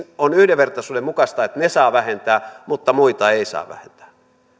on yhdenvertaisuuden mukaista että ne saa vähentää mutta muita ei saa vähentää